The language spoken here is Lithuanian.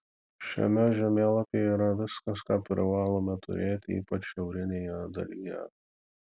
šiame žemėlapyje yra viskas ką privalome turėti ypač šiaurinėje dalyje